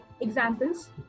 examples